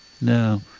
No